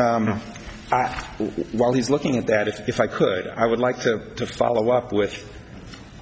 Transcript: e while he's looking at that if i could i would like to follow up with